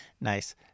Nice